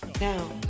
Now